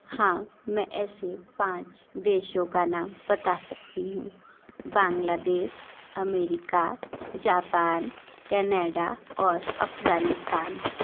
हाँ मैं ऐसे पाँच देशों का नाम बता सकती हूँ बांग्लादेश अमेरिका जापान कैनेडा और अफ़गानिस्तान